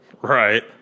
Right